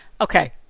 okay